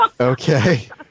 okay